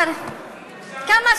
סליחה,